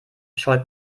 schaut